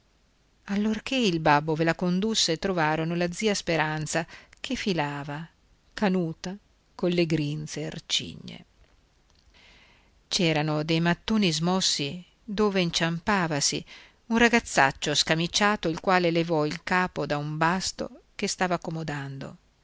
motta allorché il babbo ve la condusse trovarono la zia speranza che filava canuta colle grinze arcigne c'erano dei mattoni smossi dove inciampavasi un ragazzaccio scamiciato il quale levò il capo da un basto che stava accomodando